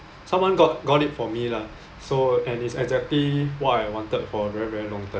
someone got got it for me lah so and it's exactly what I wanted for very very long time